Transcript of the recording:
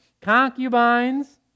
concubines